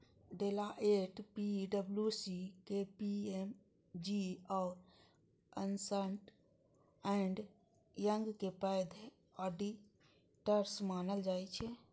Deloitte, पी.डब्ल्यू.सी, KPMG आ Ernst and Young कें पैघ ऑडिटर्स मानल जाइ छै